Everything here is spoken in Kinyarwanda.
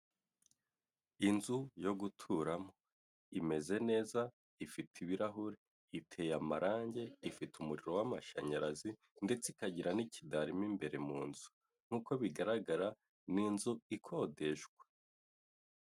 Inzu yo guturamo imeze neza, ifite ibirahuri, iteye amarangi, ifite umuriro w'amashanyarazi ndetse ikagira n'ikidari mo imbere mu nzu nk'uko bigaragara n'inzu ikodeshwa.